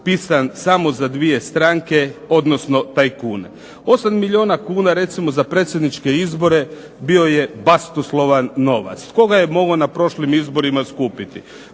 pisan samo za dvije stranke odnosno tajkune? 8 milijuna kuna recimo za predsjedničke izbore bio je basnoslovan novac. Tko ga je mogao na prošlim izborima skupiti?